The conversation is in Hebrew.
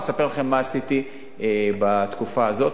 מה עשיתי בתקופה הזאת.